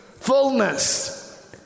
fullness